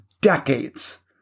decades